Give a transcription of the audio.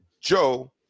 Joe